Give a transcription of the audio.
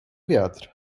wiatr